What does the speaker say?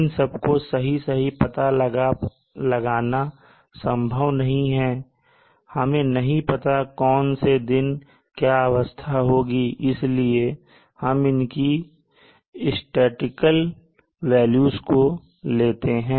इन सबको सही सही पता लगाना संभव नहीं है हमें नहीं पता कौन से दिन क्या अवस्था होगी इसलिए हम इनकी सांख्यिकीय मान को लेते हैं